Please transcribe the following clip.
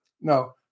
No